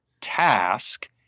task